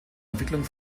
entwicklung